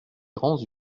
grands